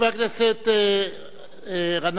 חבר הכנסת גנאים,